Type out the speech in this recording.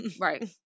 Right